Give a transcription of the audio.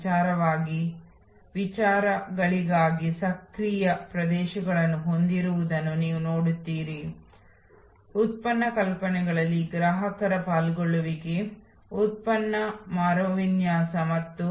ಮತ್ತು ಕೆಲವೊಮ್ಮೆ ಇವುಗಳು ಸಹ ಈ ಬಿಂದುಗಳು ಬಿಂದುವಿನಂತೆಯೇ ಇರುತ್ತವೆ ಅಲ್ಲಿ ಗ್ರಾಹಕರು ಕಾಯಬೇಕಾಗಬಹುದು